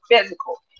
physical